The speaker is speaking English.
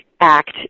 Act